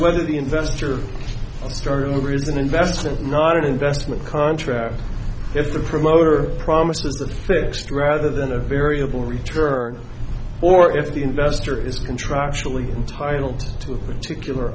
whether the investor starting over is an investment not an investment contract if the promoter promises the fixed rather than a variable return or if the investor is contractually entitle to particular